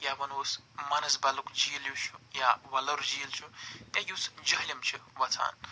یا ونہوس مانس بَلُک جیٖل یُس چھُ یا وَلُر جیٖل چھُ یا یُس جہلم چھُ وَسان